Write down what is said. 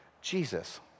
Jesus